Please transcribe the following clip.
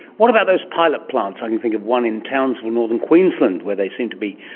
what about those pilot plants? i can think of one in townsville, northern queensland, where they seem to be